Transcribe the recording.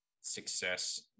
success